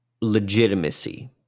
legitimacy